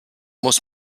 muss